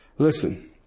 Listen